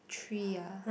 three ah